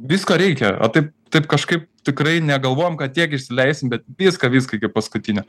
visko reikia o taip taip kažkaip tikrai negalvojom kad tiek išsileisim bet viską viską iki paskutinio